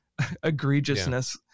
egregiousness